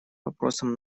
вопросом